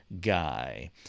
guy